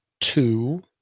two